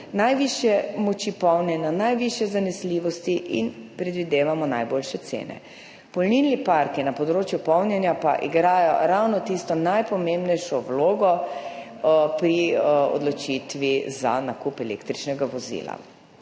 najvišje moči polnjenja, najvišje zanesljivosti in, predvidevamo, najboljše cene. Polnilni parki pa na področju polnjenja igrajo ravno tisto najpomembnejšo vlogo pri odločitvi za nakup električnega vozila.